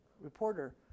reporter